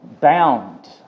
bound